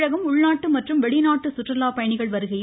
தமிழகம் உள்நாட்டு மற்றும் வெளிநாட்டு சுற்றுலா பயணிகள் வருகையில்